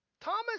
Thomas